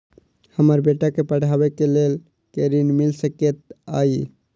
हमरा बेटा केँ पढ़ाबै केँ लेल केँ ऋण मिल सकैत अई?